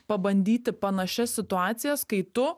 pabandyti panašias situacijas kai tu